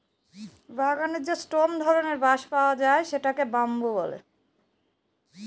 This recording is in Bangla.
বাগানে যে স্টেম ধরনের বাঁশ পাওয়া যায় সেটাকে বাম্বু বলে